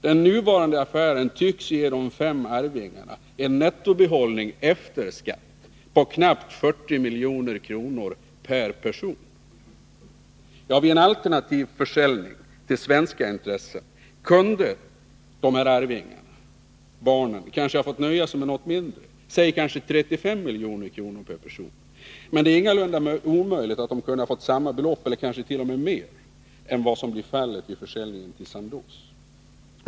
Den nuvarande affären tycks ge de fem arvingarna en nettobehållning efter skatt på knappt 40 milj.kr. per person. Vid en alternativ försäljning till svenska intressen kunde dessa arvingar, alltså barnen, kanske ha fått nöja sig med något mindre, säg 35 milj.kr. per person, men det är ingalunda omöjligt att de kunde ha fått samma belopp eller kanske t.o.m. mer än vad som blir fallet vid försäljningen till Sandoz.